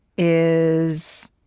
is